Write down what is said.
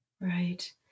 Right